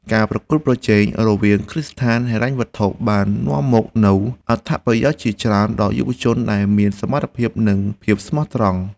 ការប្រកួតប្រជែងរវាងគ្រឹះស្ថានហិរញ្ញវត្ថុបាននាំមកនូវអត្ថប្រយោជន៍ជាច្រើនដល់យុវជនដែលមានសមត្ថភាពនិងភាពស្មោះត្រង់។